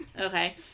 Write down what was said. Okay